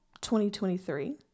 2023